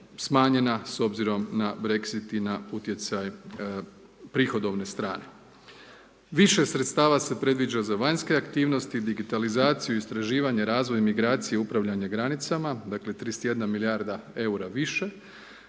smanjena s obzirom na Brexit i na utjecaj prihodovne strane. Više sredstava se predviđa za vanjske aktivnosti, digitalizaciju, istraživanje, razvoj, migraciju, upravljanje granicama, dakle, 31 milijarda EUR-a više.